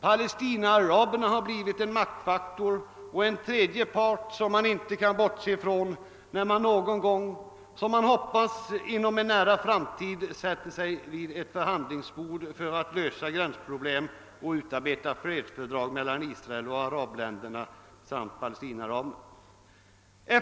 Palestinaaraberna har blivit en maktfaktor, en tredje part som vi inte kan bortse från när man någon gång, såsom vi hoppas inom en nära framtid, sätter sig ned vid ett förhandlingsbord för att lösa gränsproblem och utarbeta fredsfördrag mellan Israel och arabländerna samt palestinaaraberna.